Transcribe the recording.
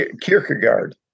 Kierkegaard